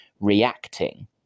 reacting